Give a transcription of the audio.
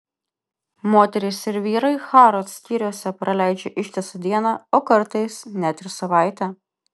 moterys ir vyrai harrods skyriuose praleidžia ištisą dieną o kartais net ir savaitę